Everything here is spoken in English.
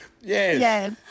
Yes